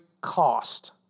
cost